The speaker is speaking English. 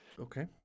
Okay